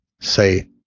say